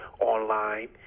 online